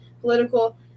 political